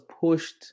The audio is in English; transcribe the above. pushed